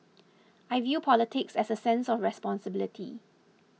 I view politics as a sense of responsibility